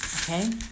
Okay